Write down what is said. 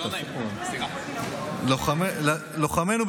לאחר שלוחמינו,